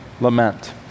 lament